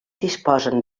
disposen